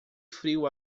frio